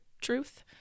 truth